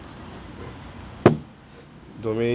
domain